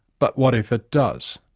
but what if it does?